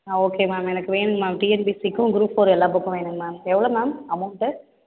ஆ okay ma'am எனக்கு வேணும்ங்க ma'am டீஎன்பிஎஸ்சிக்கும் குரூப் ஃபோர் எல்லா புக்கும் வேணும்ங்க மேம் எவ்வளோ மேம் அமௌண்டு